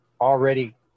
already